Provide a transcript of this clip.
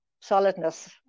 solidness